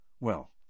Well